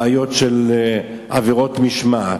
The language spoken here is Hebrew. בעיות של עבירות משמעת.